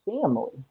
family